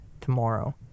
tomorrow